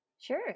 Sure